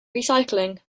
recycling